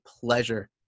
pleasure